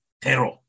terror